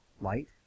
light